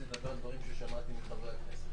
אני אדבר על דברים ששמעתי מחברי הכנסת.